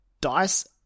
dice